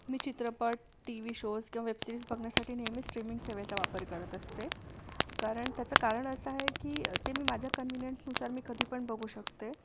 मी चित्रपट T V shows किंवा web series बघण्यासाठी नेहमीच स्ट्रीमिंग सेवेचा वापर करत असते कारण त्याचं कारण असं आहे की ते मी माझ्या कन्विनियंटनुसार मी कधीपण बघू शकते